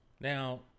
Now